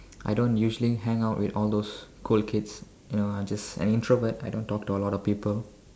I don't usually hang out with all those cool kids you know I'm just I introvert I don't talk to a lot of people